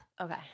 okay